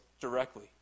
directly